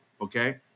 Okay